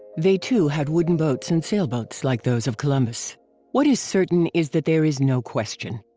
they too had wooden boats and sailboats like those of columbus what is certain is that there is no question.